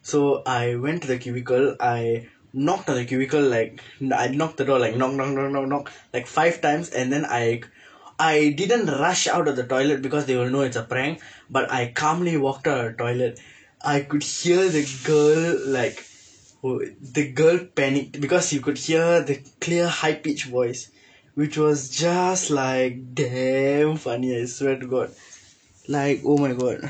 so I went to the cubicle I knocked on the cubicle like I knocked the door like knock knock knock knock like five times and then I like I didn't rush out of the toilet because they will know it's a prank but I calmly walked out of the toilet I could hear the girl like who the girl panic because you could hear the clear high pitched voice which was just like damn funny I swear to god like oh my god